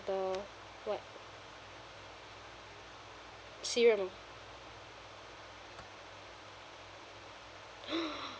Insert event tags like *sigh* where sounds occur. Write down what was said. the what serum ah *noise*